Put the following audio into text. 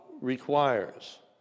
requires